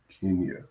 Kenya